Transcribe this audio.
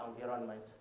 environment